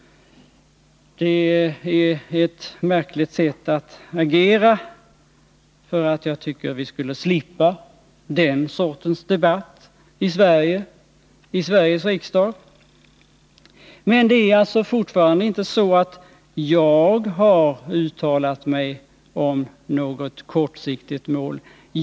Det är ett märkligt sätt att agera. Jag tycker att vi borde kunna slippa den sortens debatt i Sveriges riksdag. Men jag har alltså fortfarande inte uttalat mig om något kortsiktigt mål.